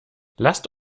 lasst